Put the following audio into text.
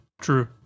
True